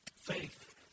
Faith